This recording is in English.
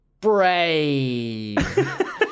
brave